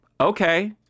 Okay